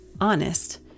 honest